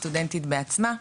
סטודנטית בעצמה,